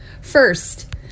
First